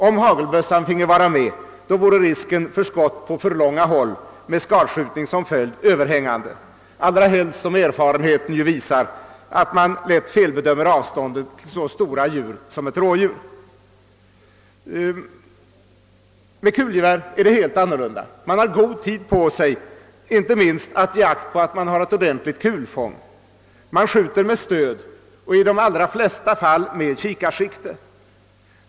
Om hagelbössan finge användas vore risken för skott på för långa avstånd med skadskjutning som följd överhängande, allra helst som erfarenheten visar att man lätt felbedömer avståndet till ett så stort djur som ett rådjur. Med kulgevär är det helt snmorfandas Man har god tid på sig inte minst att ge akt på att man har ett ordentligt kulfång. Man skjuter med stöd och i de allra flesta fall med kikarsikte.